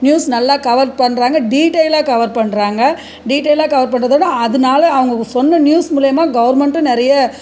news நல்லா cover பண்ணுறாங்க டீட்டெய்லாக கவர் பண்ணுறாங்க டீட்டெய்லாகே கவர் பண்ணுறதோட அதனால அவங்க சொன்ன நியூஸ் மூலிமா கவர்மெண்ட்டும் நிறைய